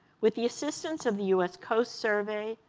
with the assistance of the us coast survey,